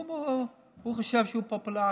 הוא חושב שהוא פופולרי.